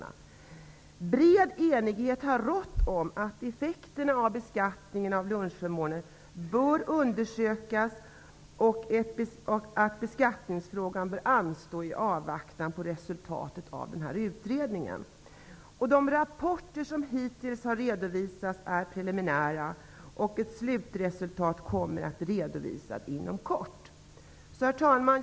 Det har rått bred enighet om att effekterna av beskattningen av lunchförmåner bör undersökas och att beskattningsfrågan bör anstå i avvaktan på resultatet av utredningen. De rapporter som hittills har redovisats är preliminära och slutresultatet kommer att redovisas inom kort. Herr talman!